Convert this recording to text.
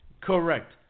Correct